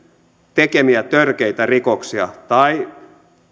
tekemiä törkeitä rikoksia